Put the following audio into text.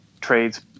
trades